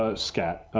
ah scat,